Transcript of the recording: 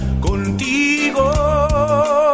contigo